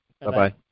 Bye-bye